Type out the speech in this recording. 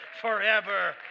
forever